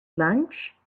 lunch